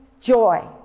joy